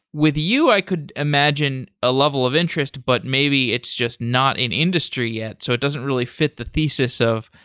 with you, i could imagine a level of interest, but maybe it's just not an industry yet. so it doesn't really fit the thesis of,